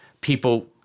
people